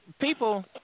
people